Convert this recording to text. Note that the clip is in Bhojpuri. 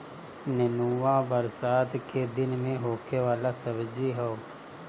नेनुआ बरसात के दिन में होखे वाला सब्जी हअ